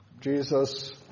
Jesus